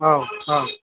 औ ओं